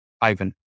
Ivan